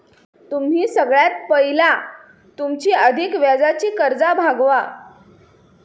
तुम्ही सगळ्यात पयला तुमची अधिक व्याजाची कर्जा भागवा